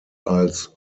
als